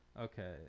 Okay